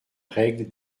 règle